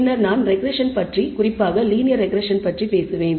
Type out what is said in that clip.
பின்னர் நான் ரெஃரெஸ்ஸன் பற்றி குறிப்பாக லீனியர் ரெஃரெஸ்ஸன் பற்றி பேசுவேன்